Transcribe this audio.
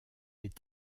est